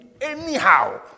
anyhow